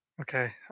Okay